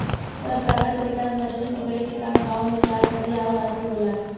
परंपरागत तरीका में मछरी पकड़े के काम गांव में जाल, कटिया आउर हाथ से होला